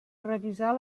revisar